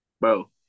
Bro